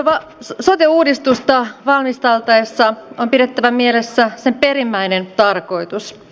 sote uudistusta valmisteltaessa on pidettävä mielessä sen perimmäinen tarkoitus